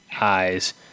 eyes